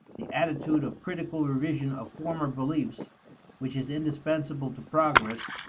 the attitude of critical revision of former beliefs which is indispensable to progress,